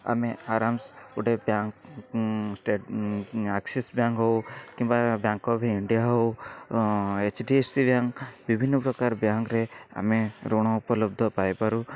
ଆମେ ଆରାମସେ ଗୋଟେ ବ୍ୟାଙ୍କ ଷ୍ଟେଟ ଆକ୍ସିସ ବ୍ୟାଙ୍କ ହଉ କିମ୍ବା ବ୍ୟାଙ୍କଅଫ୍ ଇଣ୍ଡିଆ ହଉ ଏଚଡ଼ିଏଫସି ବ୍ୟାଙ୍କ ବିଭିନ୍ନ ପ୍ରକାର ବ୍ୟାଙ୍କରେ ଆମେ ଋଣ ଉପଲବ୍ଧ ପାଇପାରୁ